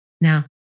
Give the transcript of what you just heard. Now